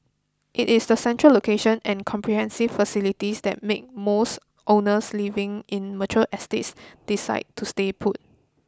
it is the central location and comprehensive facilities that make most owners living in mature estates decide to stay put